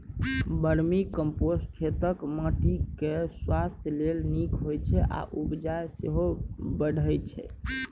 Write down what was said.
vermicompost खेतक माटि केर स्वास्थ्य लेल नीक होइ छै आ उपजा सेहो बढ़य छै